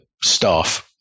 staff